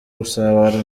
gusabana